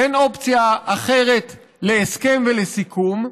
אין אופציה אחרת להסכם ולסיכום.